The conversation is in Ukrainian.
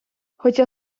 хоча